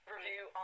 review